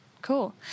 Cool